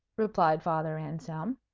replied father anselm.